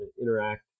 interact